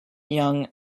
young